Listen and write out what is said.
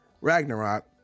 Ragnarok